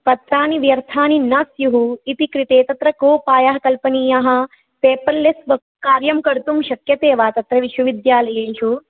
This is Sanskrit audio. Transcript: पत्राणि व्यर्थानि न स्युः इति कृते तत्र कोपायः कल्पनीयः पेपर्लेस् कार्यं कर्तुं शक्यते वा तत्र विश्वविद्यालयेषु